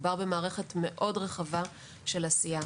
מדובר במערכת רחבה מאוד של עשייה,